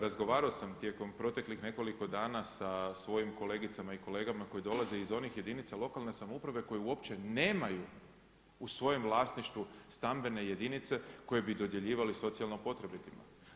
Razgovarao sam tijekom proteklih nekoliko dana sa svojim kolegicama i kolegama koji dolaze iz onih jedinica lokalne samouprave koji uopće nemaju u svojem vlasništvu stambene jedinice koje bi dodjeljivali socijalno potrebitima.